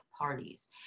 parties